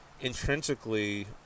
intrinsically